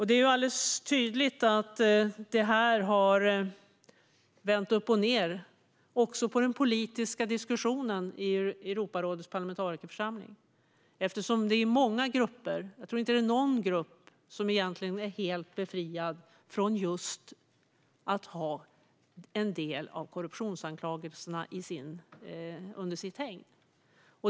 Det är också tydligt att det här har vänt upp och ned även på den politiska diskussionen i Europarådets parlamentarikerförsamling, eftersom det egentligen inte finns någon grupp som är helt befriad från att ha en del av korruptionsanklagelserna under sitt hägn.